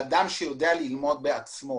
לאדם שיודע ללמוד בעצמו.